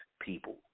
people